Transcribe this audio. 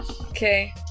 okay